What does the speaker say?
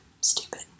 Stupid